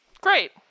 great